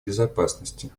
безопасности